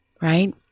right